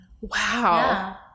wow